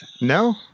No